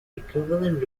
equivalent